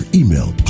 email